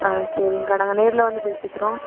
ஆ சேறிங்க நாங்கள் நேரில் வந்து பேசிக்கிறோம்